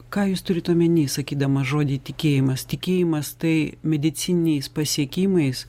ką jūs turit omeny sakydamas žodį tikėjimas tikėjimas tai medicininiais pasiekimais